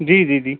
जी जी जी